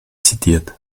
zitiert